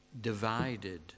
Divided